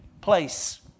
place